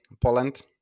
Poland